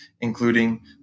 including